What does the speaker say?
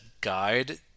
guide